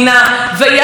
למה אנחנו מחכים?